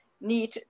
need